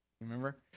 Remember